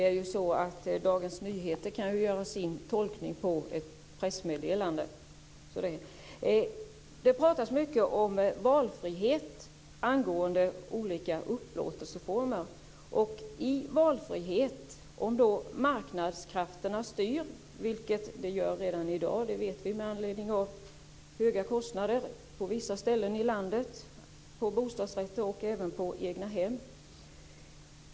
Fru talman! Dagens Nyheter kan ju göra sin tolkning av ett pressmeddelande. Det pratas mycket om valfrihet angående olika upplåtelseformer. Marknadskrafterna styr redan i dag, det vet vi med anledning av de höga kostnaderna på vissa ställen i landet när det gäller bostadsrätter och egnahem.